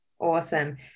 Awesome